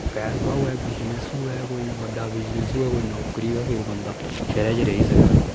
पैसा होऐ बिजनस होऐ कोई बड्डा बिजनस होऐ कोई नौकरी होऐ फिर बंदा शैह्रै च रेही सकदा